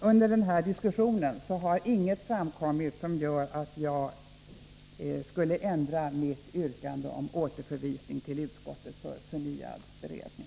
Under den här diskussionen har inget framkommit som gör att jag ändrar mitt yrkande om återförvisning till utskottet för förnyad beredning.